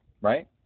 Right